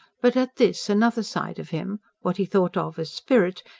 but at this another side of him what he thought of as spirit,